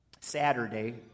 Saturday